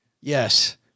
Yes